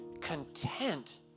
content